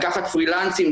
לקחת פרילאנסרים,